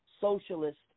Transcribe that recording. socialist